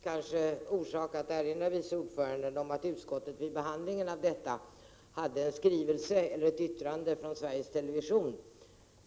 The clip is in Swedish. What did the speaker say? Fru talman! Det finns kanske orsak att erinra vice ordföranden om att utskottet vid behandlingen av det här ärendet hade ett yttrande från Sveriges Television.